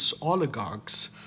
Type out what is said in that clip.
oligarchs